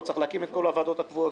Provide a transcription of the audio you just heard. וצריך להקים את כל הוועדות הקבועות.